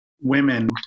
women